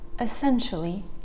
essentially